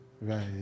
Right